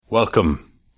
Welcome